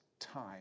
time